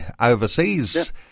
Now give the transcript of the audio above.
overseas